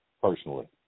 personally